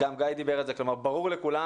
ברור לכולם